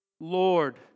Lord